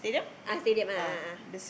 ah stadium ah ah ah